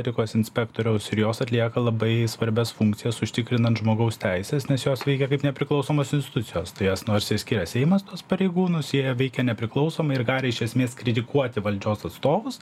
etikos inspektoriaus ir jos atlieka labai svarbias funkcijas užtikrinant žmogaus teises nes jos veikia kaip nepriklausomos institucijos tai jas nors ir skiria seimas tuos pareigūnus jie veikia nepriklausomai ir gali iš esmės kritikuoti valdžios atstovus